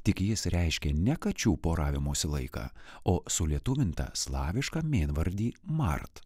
tik jis reiškia ne kačių poravimosi laiką o sulietuvintą slavišką mėnvardį mart